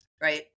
right